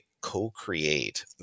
co-create